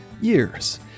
years